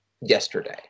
yesterday